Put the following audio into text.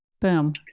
Boom